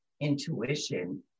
intuition